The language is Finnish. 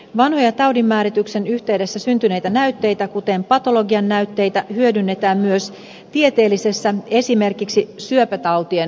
vanhoja taudinmäärityksen yhteydessä syntyneitä näytteitä kuten patologian näytteitä hyödynnetään myös tieteellisessä esimerkiksi syöpätautien tutkimuksessa